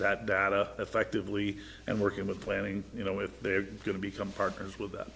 that data effectively and working with planning you know if they're going to become partners with